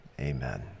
Amen